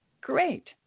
great